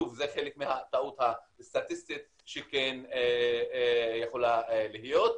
שוב, זה חלק מהטעות הסטטיסטית שכן יכולה להיות.